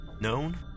known